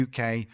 UK